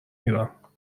میرم